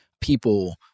people